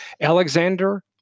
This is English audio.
Alexander